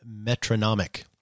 metronomic